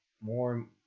more